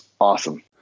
awesome